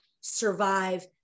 survive